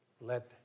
let